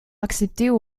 accepter